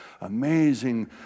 amazing